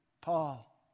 Paul